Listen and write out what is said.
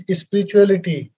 spirituality